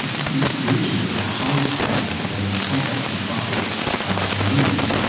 and these religions at their highest points, at their most complex and subtle ah moments,